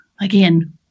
again